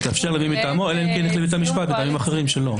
יתאפשר למי מטעמו אלא אם כן החליט בית המשפט מטעמים אחרים שלא.